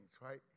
right